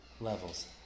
levels